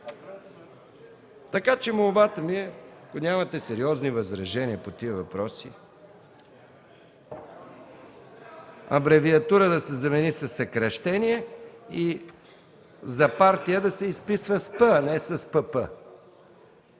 Така че молбата ми е, ако нямате сериозни възражения по тези въпроси, „абревиатура” да се замени със „съкращение” и партия да се изписва с „П”, а не с „ПП”.